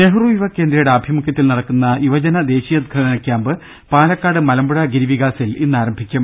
നെഹ്റു യുവകേന്ദ്രയുടെ ആഭിമുഖ്യത്തിൽ നടക്കുന്ന യുവജന ദേശീയോദ്ഗ്രഥന ക്യാമ്പ് പാലക്കാട് മലമ്പുഴ ഗിരിവികാസിൽ ഇന്ന് ആരംഭിക്കും